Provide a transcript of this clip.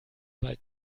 bald